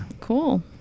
cool